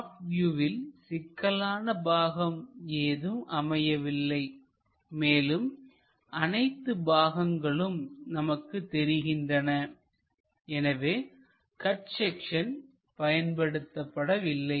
top வியூவில் சிக்கலான பாகம் ஏதும் அமையவில்லை மேலும் அனைத்து பாகங்களும் நமக்கு தெரிகின்றன எனவே கட் செக்சன் பயன்படுத்தப்படவில்லை